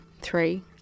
Three